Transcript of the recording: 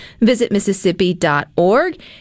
visitmississippi.org